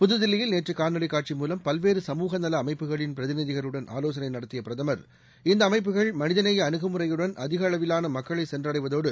புதுதில்லியில் நேற்று காணொலி காட்சி மூலம் பல்வேறு சமூகநல அமைப்புகளின் பிரதிநிதிகளுடன் ஆவோசனை நடத்திய பிரதம் இந்த அமைப்புகள் மனிதநேய அனுகுமுறையுடன் அதிகளவிலான மக்களை சென்றடைவதோடு